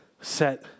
set